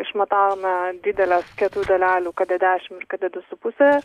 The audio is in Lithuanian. išmatavome dideles kietų dalelių kd dešimt ir kd su puse